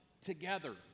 together